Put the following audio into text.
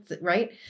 right